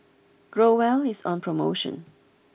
Growell is on promotion